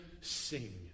sing